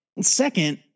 second